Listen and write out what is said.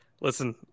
Listen